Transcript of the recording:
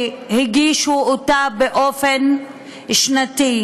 שהגישו אותה מדי שנה: